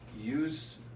use